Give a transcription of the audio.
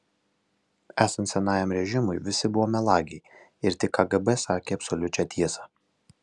esant senajam režimui visi buvo melagiai ir tik kgb sakė absoliučią tiesą